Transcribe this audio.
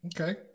okay